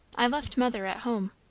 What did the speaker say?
i left mother at home.